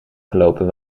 gelopen